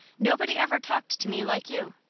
nobody ever talked to me like you.